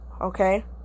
Okay